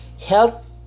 Health